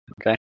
Okay